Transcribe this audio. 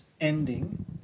ending